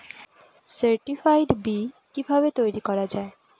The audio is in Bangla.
সার্টিফাইড বি কিভাবে তৈরি করা যায়?